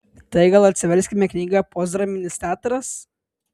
tai gal atsiverskime knygą postdraminis teatras